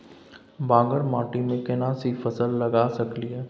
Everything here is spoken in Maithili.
बांगर माटी में केना सी फल लगा सकलिए?